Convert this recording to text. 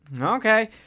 Okay